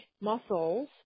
muscles